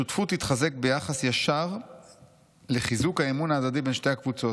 אמון הדדי: השותפות תתחזק ביחס ישר לחיזוק האמון ההדדי בין שתי הקבוצות.